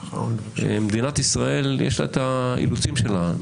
מדינת ישראל יש לה את האילוצים שלה,